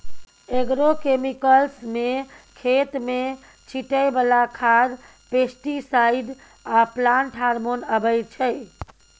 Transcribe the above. agrochemicals मे खेत मे छीटय बला खाद, पेस्टीसाइड आ प्लांट हार्मोन अबै छै